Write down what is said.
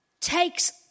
takes